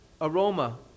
aroma